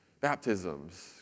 Baptisms